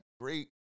great